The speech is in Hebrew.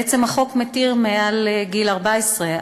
בעצם החוק מתיר מעל גיל 14,